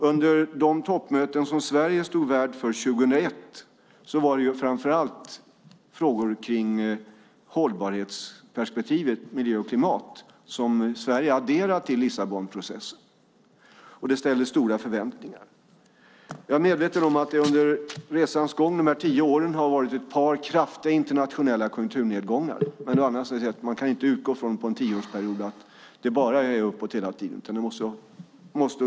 Under de toppmöten som Sverige stod värd för 2001 var det framför allt frågor kring hållbarhetsperspektivet med miljö och klimat som Sverige adderade till Lissabonprocessen, och det ställdes stora förväntningar. Jag är medveten om att det under resans gång dessa tio år har varit ett par kraftiga internationella konjunkturnedgångar. Men man kan inte utgå från att det under en tioårsperiod bara är uppåt hela tiden.